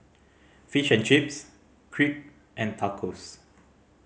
Fish and Chips Crepe and Tacos